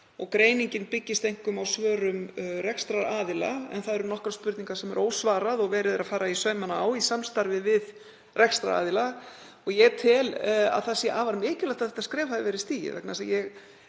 og greiningin byggist einkum á svörum rekstraraðila. En það eru nokkrar spurningar sem er ósvarað og verið er að fara í saumana á í samstarfi við rekstraraðila. Ég tel að það sé afar mikilvægt að þetta skref hafi verið stigið